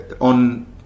on